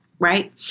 Right